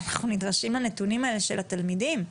אנחנו נדרשים לנתונים האלה של התלמידים.